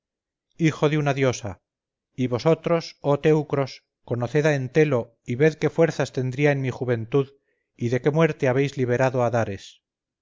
hijo de una diosa y vosotros oh teucros conoced a entelo y ved qué fuerzas tendría en mi juventud y de qué muerte habéis liberado a dares